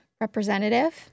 representative